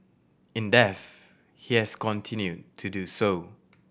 in death he has continued to do so